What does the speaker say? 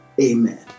Amen